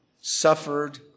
suffered